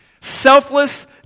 Selfless